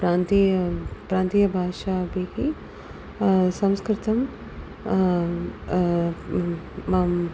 प्रान्तीय प्रान्तीयभाषाभिः संस्कृतं माम्